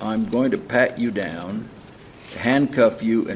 i'm going to pat you down handcuff you and